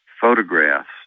photographs